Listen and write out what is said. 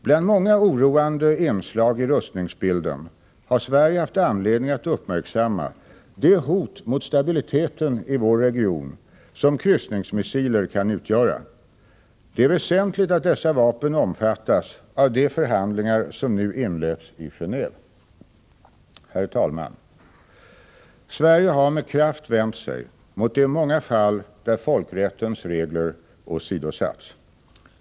Bland många oroande inslag i rustningsbilden har Sverige haft anledning att uppmärksamma det hot mot stabiliteten i vår region som kryssningsmissiler kan utgöra. Det är väsentligt att dessa vapen omfattas av de förhandlingar som nu inletts i Geneve. Herr talman! Sverige har med kraft vänt sig mot de många fall där folkrättens regler åsidosatts.